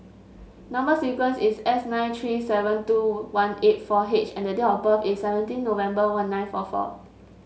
number sequence is S nine three seven two one eight four H and the date of birth is seventeen November one nine four four